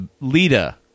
Lita